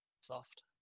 soft